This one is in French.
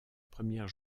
première